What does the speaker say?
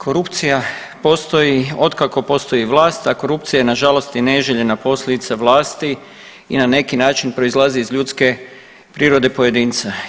Korupcija postoji otkako postoji vlast, a korupcija je nažalost i neželjena posljedica vlasti i na neki način proizlazi iz ljudske prirode pojedinca.